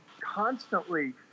constantly